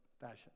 fashion